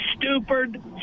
stupid